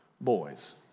boys